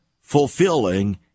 fulfilling